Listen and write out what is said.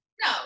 No